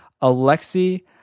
Alexei